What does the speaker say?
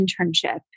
internship